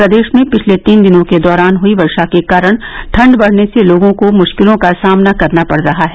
प्रदेश में पिछले तीन दिनों के दौरान हुई वरा के कारण ठंड बढ़ने सेलोगे को सामना करना पढ़ रहा है